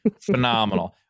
phenomenal